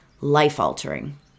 life-altering